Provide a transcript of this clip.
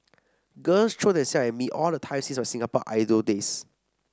girls throw them self at me all the time since my Singapore Idol days